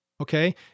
Okay